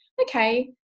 okay